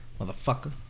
Motherfucker